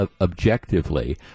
objectively